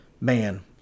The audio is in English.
man